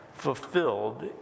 fulfilled